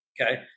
okay